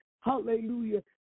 Hallelujah